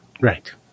right